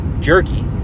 jerky